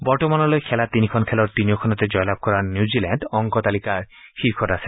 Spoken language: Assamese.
বৰ্তমানলৈ খেলা তিনিখন খেলৰ তিনিওখনতে জয়লাভ কৰা নিউজিলেণ্ড অংকৰ তালিকাত শীৰ্ষত আছে